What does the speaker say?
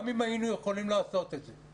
גם אם היינו יכולים לעשות את זה.